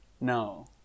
No